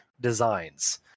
designs